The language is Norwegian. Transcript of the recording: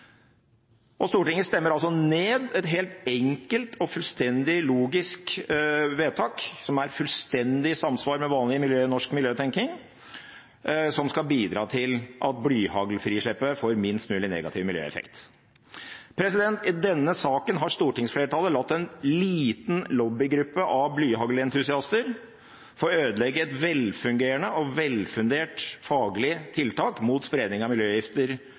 Og Stortinget stemmer altså ned et helt enkelt og fullstendig logisk vedtak som er fullstendig i samsvar med vanlig norsk miljøtenkning, og som skal bidra til at blyhaglfrislippet får minst mulig negativ miljøeffekt. I denne saken har stortingsflertallet latt en liten lobbygruppe av blyhaglentusiaster få ødelegge et velfungerende og velfundert faglig tiltak mot spredning av